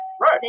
Right